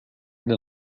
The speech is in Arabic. إلى